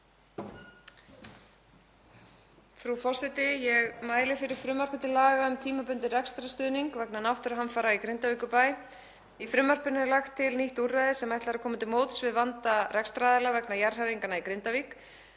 forseti. Ég mæli fyrir frumvarpi til laga um tímabundinn rekstrarstuðning vegna náttúruhamfara í Grindavíkurbæ. Í frumvarpinu er lagt til nýtt úrræði sem ætlað er að koma til móts við vanda rekstraraðila vegna jarðhræringanna í Grindavík.